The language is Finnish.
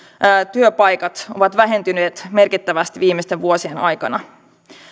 työpaikat ovat vähentyneet merkittävästi viimeisten vuosien aikana